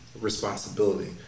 responsibility